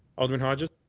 alderman hodges?